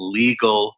legal